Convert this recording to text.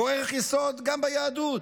שהוא ערך יסוד גם ביהדות,